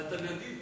הנושא